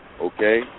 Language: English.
okay